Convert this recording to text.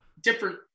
different